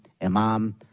Imam